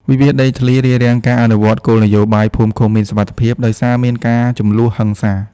វិវាទដីធ្លីរារាំងការអនុវត្តគោលនយោបាយភូមិឃុំមានសុវត្ថិភាព ដោយសារមានការជម្លោះហិង្សា។